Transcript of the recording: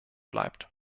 bleibt